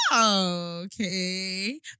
Okay